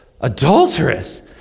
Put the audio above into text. Adulterous